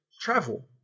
travel